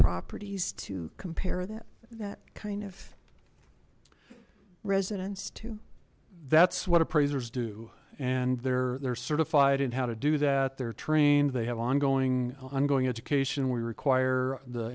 properties to compare that that kind of residence that's what appraisers do and they're they're certified in how to do that they're trained they have ongoing ongoing education we require the